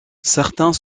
certains